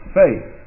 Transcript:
faith